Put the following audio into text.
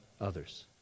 others